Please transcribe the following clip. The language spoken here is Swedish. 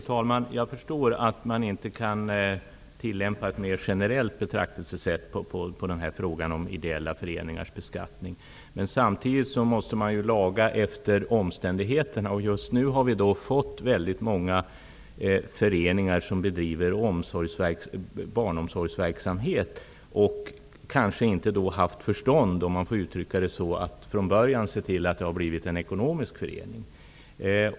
Fru talman! Jag förstår att man inte kan tillämpa ett mer generellt betraktelsesätt i fråga om ideella föreningars beskattning. Men samtidigt tycker jag att man måste laga efter omständigheterna. Just nu är det väldigt många föreningar som bedriver barnomsorgsverksamhet vilka kanske inte har haft förstånd, om jag får uttrycka mig så, att från början bilda en ekonomisk förening.